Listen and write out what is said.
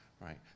right